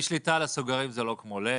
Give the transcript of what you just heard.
אי שליטה על הסוגרים זה לא כמו לב.